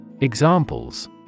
Examples